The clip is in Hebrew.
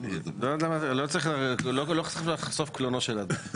לא צריך לחשוף קלונו של אדם.